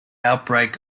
outbreak